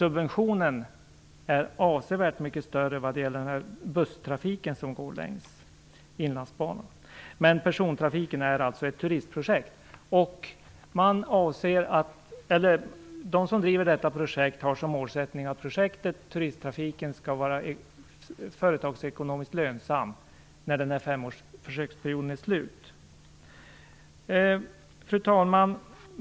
Subventionen är avsevärt mycket större vad gäller den busstrafik som går längs Inlandsbanan. Persontrafiken är alltså ett turistprojekt. De som driver detta projekt har som målsättning att projektet skall vara företagsekonomiskt lönsamt när den femåriga försöksperioden är slut. Fru talman!